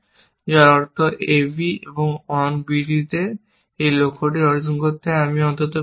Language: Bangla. যার অর্থ ab এবং on bdতে এই লক্ষ্যটি অর্জন করতে আমি অন্তত পারি না